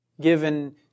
given